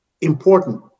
important